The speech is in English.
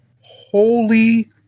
holy